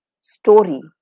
story